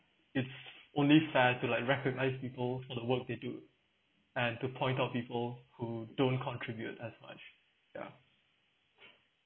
it's only fair to like recognise people for the work they do and to point out people who don't contribute as much ya